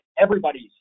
everybody's